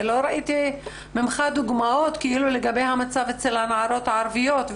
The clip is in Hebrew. ולא שמעתי ממך דוגמאות לגבי המצב אצל הנערות הערביות,